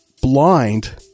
blind